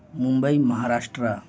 Mumbai Maharashtra